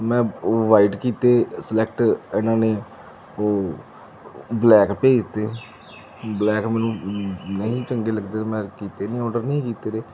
ਮੈਂ ਵਾਈਟ ਕੀਤੇ ਸਲੈਕਟ ਇਹਨਾਂ ਨੇ ਉਹ ਬਲੈਕ ਭੇਜ ਤੇ ਬਲੈਕ ਮੈਨੂੰ ਨਹੀਂ ਚੰਗੇ ਲੱਗਦੇ ਮੈਂ ਕੀਤੇ ਨੀ ਆਰਡਰ ਨੀ ਕੀਤੇ ਤੇ